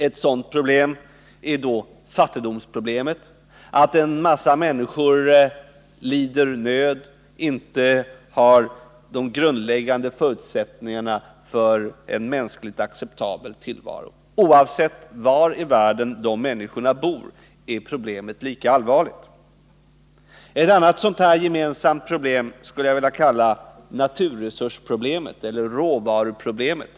Ett sådant problem är fattigdomsproblemet, att en massa människor lider nöd och inte har de grundläggande förutsättningarna för en mänskligt acceptabel tillvaro. Oavsett var i världen de människorna bor är problemet lika allvarligt. Ett annat gemensamt problem skulle jag vilja kalla naturresursproblemet eller råvaruproblemet.